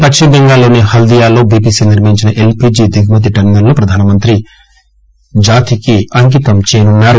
పశ్చిమ బెంగాల్ లోని హల్దియాలో బిపిసిఎల్ నిర్మించిన ఎల్పీజీ దిగుమతి టెర్మినల్ ను ప్రధానమంత్రి జాతికి అంకితం చేయనున్నారు